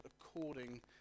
according